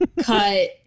cut